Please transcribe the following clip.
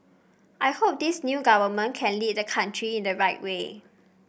I hope this new government can lead the country in the right way